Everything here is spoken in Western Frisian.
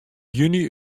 juny